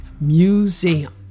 Museum